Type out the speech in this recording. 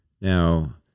Now